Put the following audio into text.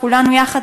כולנו יחד,